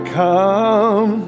come